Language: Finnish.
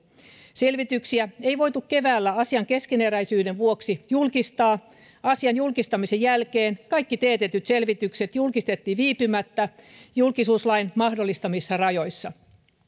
selvityksiä ei voitu keväällä asian keskeneräisyyden vuoksi julkistaa asian julkistamisen jälkeen kaikki teetetyt selvitykset julkistettiin viipymättä julkisuuslain mahdollistamissa rajoissa